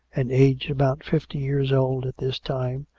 and aged about fifty years old at this time,